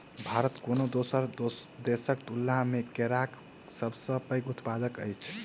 भारत कोनो दोसर देसक तुलना मे केराक सबसे पैघ उत्पादक अछि